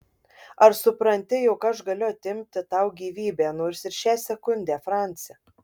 ar supranti jog aš galiu atimti tau gyvybę nors ir šią sekundę franci